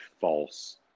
false